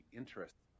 interest